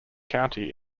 county